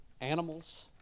animals